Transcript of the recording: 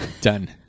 Done